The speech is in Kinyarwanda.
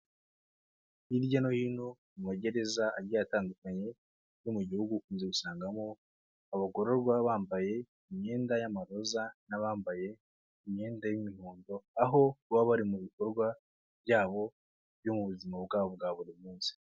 Hirya no hino mu magereza agiye atandukanye yo mu gihugu, ukunze gusangamo abagororwa bambaye imyenda y'amaroza n'abambaye imyenda y'imihondo, aho baba bari mu bikorwa byabo byo mu buzima bwabo bwa buri munsi.